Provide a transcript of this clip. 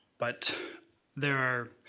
but there are,